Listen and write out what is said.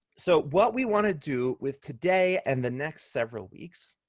so what we want to do with today and the next several weeks,